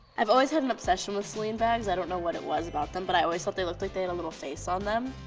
i've always had an obsession with celine bags. i don't know what it was about them but i always thought they look like they have a little face on them.